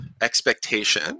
expectation